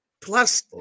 Plus